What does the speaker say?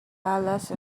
palace